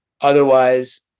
Otherwise